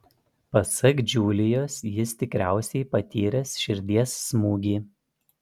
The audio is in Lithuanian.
pasak džiulijos jis tikriausiai patyręs širdies smūgį